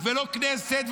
ולא כנסת,